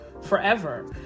forever